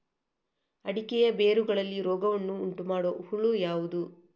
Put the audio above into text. ಅಡಿಕೆಯ ಬೇರುಗಳಲ್ಲಿ ರೋಗವನ್ನು ಉಂಟುಮಾಡುವ ಹುಳು ಯಾವುದು?